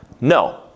No